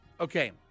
Okay